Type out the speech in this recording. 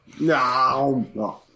No